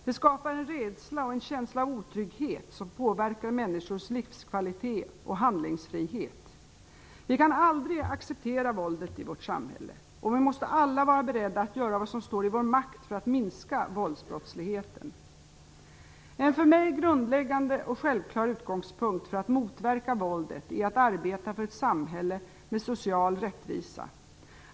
Det skapar en rädsla och en känsla av otrygghet som påverkar människors livskvalitet och handlingsfrihet. Vi kan aldrig acceptera våldet i vårt samhälle, och vi måste alla vara beredda att göra vad som står i vår makt för att minska våldsbrottsligheten. En för mig grundläggande och självklar utgångspunkt för att motverka våldet är att arbeta för ett samhälle med social rättvisa.